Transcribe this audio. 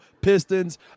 Pistons